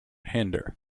hinder